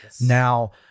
Now